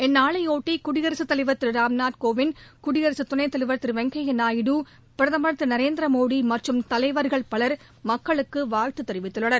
இந்நாளையொட்டி குடியரசுத் தலைவர் திரு ராம்நாத்கோவித் துணை குடியரசுத் தலைவர் திரு வெங்கையா நாயுடு பிரதமர் திரு நரேந்திரமோடி மற்றும் தலைவர்கள் பலர் மக்களுக்கு வாழ்த்து தெரிவித்துள்ளனர்